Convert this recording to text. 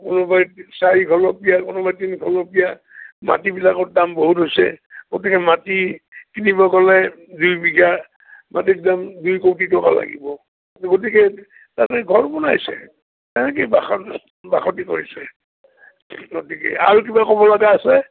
কোনোবাই চাৰি খলপীয়া কোনোবাই তিনি খলপীয়া মাটিবিলাকৰ দাম বহুত হৈছে গতিকে মাটি কিনিব গ'লে দুই বিঘা মাটিৰ দাম দুই কোটি টকা লাগিব গতিকে তাতে ঘৰ বনাইছে তেনেকৈয়ে বসতি কৰিছে গতিকে আৰু কিবা ক'ব লগা আছে